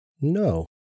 No